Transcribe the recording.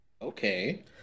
Okay